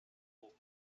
haut